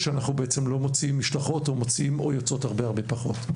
אנחנו בעצם לא מוציאים משלחות או שיוצאות הרבה פחות.